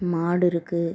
மாடு இருக்கு